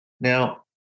Now